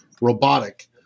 robotic